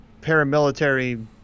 paramilitary